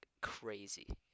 crazy